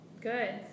Good